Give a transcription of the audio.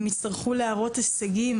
הם יצטרכו להראות הישגים.